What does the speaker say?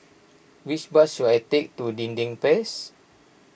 which bus should I take to Dinding Place